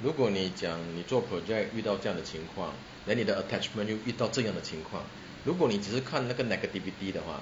如果你讲你做 project 遇到这样的情况 then 你的 attachment 又遇到这样的情况如果你只是看了那个 negativity 的话